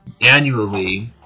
annually